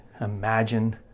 imagine